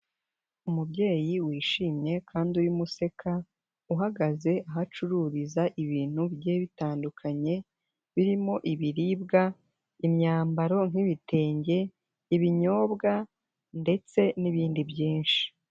Umubyeyi wishimye kandi urimo useka, uhagaze aho acururiza ibintu bigiye bitandukanye, birimo ibiribwa, imyambaro nk'ibitenge, ibinyobwa, ndetse n'ibindi byinshi.